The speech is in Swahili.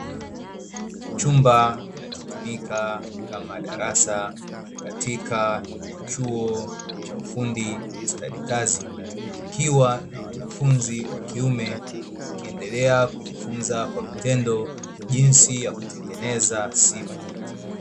Chumba kinachotumika kama darasa katika chuo cha ufundi stadi kazi, kikiwa na wanafunzi wa kiume wakiendelea kujifunza kwa vitendo jinsi ya kutengeneza simu.